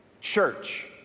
church